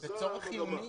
זה צורך חיוני,